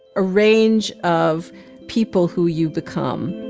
a range of people who you become